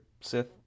Sith